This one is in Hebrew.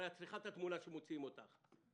הרי את צריכה את התמונה שמוציאים אותך מכאן.